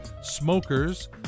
smokers